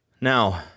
Now